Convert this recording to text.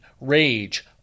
rage